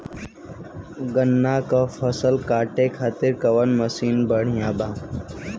गन्ना के फसल कांटे खाती कवन मसीन बढ़ियां बा?